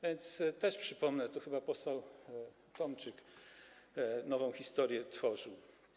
A więc też to przypomnę, bo to chyba poseł Tomczyk nową historię tworzył.